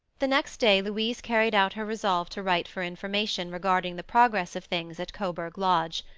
the next day louise carried out her resolve to write for information regarding the progress of things at coburg lodge.